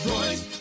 Royce